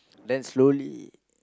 then slowly